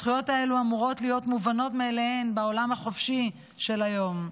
הזכויות האלה אמורות להיות מובנות מאליהן בעולם החופשי של היום.